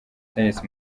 tennis